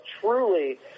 truly